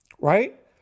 right